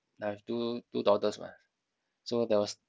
I have two two daughters [what] so there was